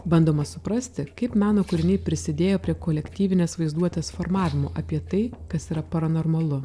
bandoma suprasti kaip meno kūriniai prisidėjo prie kolektyvinės vaizduotės formavimo apie tai kas yra paranormalu